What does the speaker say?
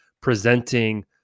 presenting